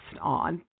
on